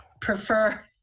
prefer